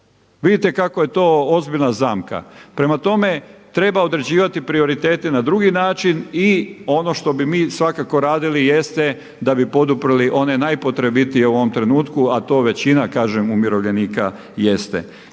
Vidite kako je to ozbiljna zamka. Prema tome treba određivati prioritete na drugi način i ono što bi mi svakako radili jeste da bi poduprli one najpotrebitije u ovom trenutku a to većina kažem umirovljenika jeste.